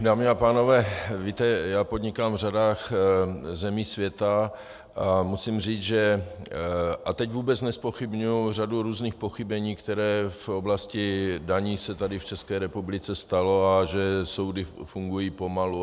Dámy a pánové, víte, já podnikám v řadách zemí světa a musím říct, že a teď vůbec nezpochybňuji řadu různých pochybení, která v oblasti daní se tady v České republice stala, a že soudy fungují pomalu atd.